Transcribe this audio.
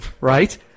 Right